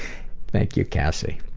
thank you, cassie.